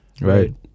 right